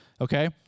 okay